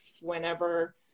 whenever